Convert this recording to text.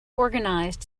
organised